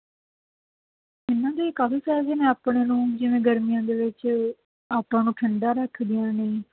ਇਹਨਾਂ ਦੇ ਕਾਫੀ ਫਾਇਦੇ ਨੇ ਆਪਣੇ ਨੂੰ ਜਿਵੇਂ ਗਰਮੀਆਂ ਦੇ ਵਿੱਚ ਆਪਾਂ ਨੂੰ ਠੰਡਾ ਰੱਖਦੀਆਂ ਨੇ